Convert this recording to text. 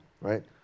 right